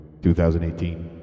2018